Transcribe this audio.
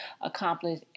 accomplish